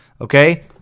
okay